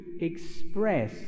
express